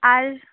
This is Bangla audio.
আর